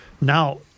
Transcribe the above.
Now